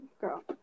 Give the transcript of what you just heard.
girl